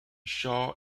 shaw